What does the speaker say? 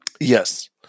Yes